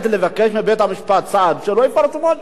מבית-המשפט סעד שלא יפרסמו את שמו.